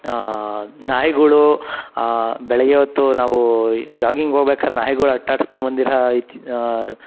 ನಾಯಿಗಳು ಬೆಳಗ್ಗೆ ಹೊತ್ತು ನಾವು ಜಾಗಿಂಗ್ ಹೋಗ್ಬೇಕಾರೆ ನಾಯಿಗಳು ಅಟ್ಟಾಡ್ಸ್ಕೊಂಡ್ ಬಂದಿರೋ